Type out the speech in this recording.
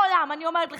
מעולם, אני אומרת לך,